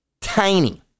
Tiny